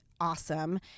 awesome